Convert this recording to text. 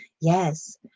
yes